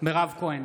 מירב כהן,